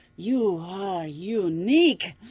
you are unique!